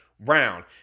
round